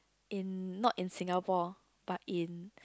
in not in Singapore but in